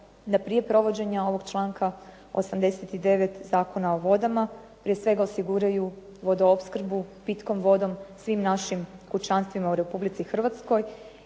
da prije provođenja ovog članka 89. Zakona o vodama, prije svega osiguraju vodoopskrbu pitkom vodom svim našim kućanstvima u Republici Hrvatskoj,